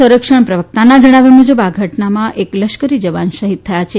સંરક્ષણ પ્રવકતાના જણાવ્યા મુજબ આ ઘટનામાં એક લશ્કરી જવાન શહીદ થયા છે